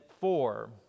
four